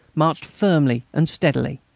marched firmly and steadily.